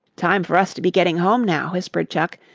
time for us to be getting home now, whispered chuck,